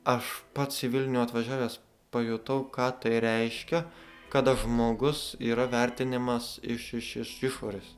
aš pats į vilnių atvažiavęs pajutau ką tai reiškia kada žmogus yra vertinamas iš išorės